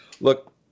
Look